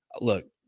Look